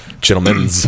Gentlemen